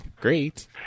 Great